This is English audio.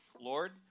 Lord